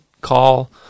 call